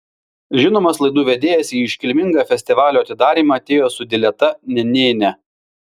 žinomas laidų vedėjas į iškilmingą festivalio atidarymą atėjo su dileta nenėne